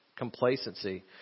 complacency